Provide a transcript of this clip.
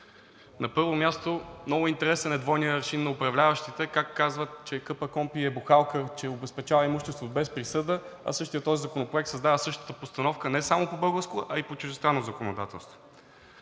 На първо място, много интересен е двойният аршин на управляващите, като казват, че КПКОНПИ е бухалка, че обезпечава имущество без присъда, а същият този законопроект създава същата постановка не само по българско, а и по чуждестранно законодателство.